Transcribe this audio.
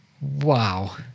Wow